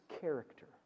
character